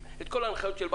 כל ניהול מערכות המחשב.